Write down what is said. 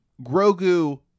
Grogu